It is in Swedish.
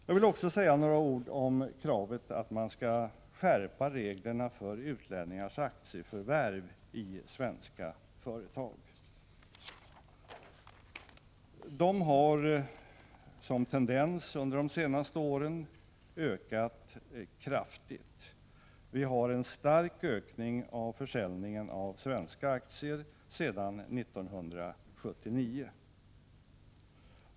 Jag vill vidare säga några ord om kravet på skärpning av reglerna för utlänningars aktieförvärv i svenska företag. Tendensen under de senaste åren har varit att sådana förvärv har ökat kraftigt. Vi har haft en stark ökning av försäljningen av svenska aktier sedan 1979.